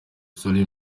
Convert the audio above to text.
solly